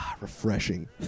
Refreshing